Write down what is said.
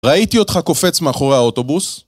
ראיתי אותך קופץ מאחורי האוטובוס